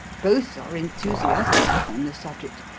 both are enthusiastic upon the subject,